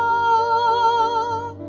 oh,